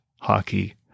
hockey